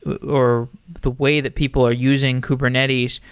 or the way that people are using kubernetes,